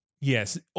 yes